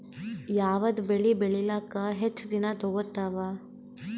ಯಾವದ ಬೆಳಿ ಬೇಳಿಲಾಕ ಹೆಚ್ಚ ದಿನಾ ತೋಗತ್ತಾವ?